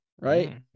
Right